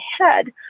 head